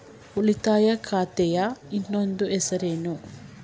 ಉಳಿತಾಯ ಖಾತೆಯ ಇನ್ನೊಂದು ಹೆಸರೇನು?